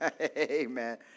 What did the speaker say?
amen